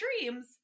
dreams